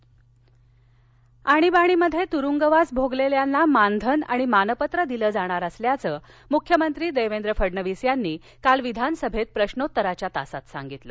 pension आणीबाणीमध्ये तुरुंगवास भोगलेल्यांना मानधन आणि मानपत्र दिलं जाणार असल्याचं मुख्यमंत्री देवेंद्र फडणवीस यांनी काल विधानसभेत प्रश्रोत्तराच्या तासाला सांगितलं